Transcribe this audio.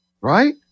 Right